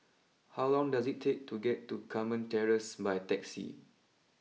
how long does it take to get to Carmen Terrace by taxi